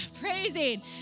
praising